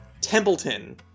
Templeton